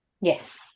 yes